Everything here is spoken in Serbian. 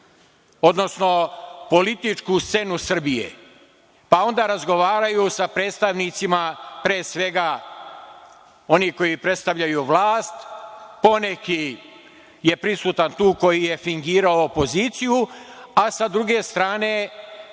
odnosno političku scenu Srbije, pa onda razgovaraju sa predstavnicima, pre svega, onih koji predstavljaju vlast, poneki je prisutan tu koji je fingirao opoziciju, a sa druge strane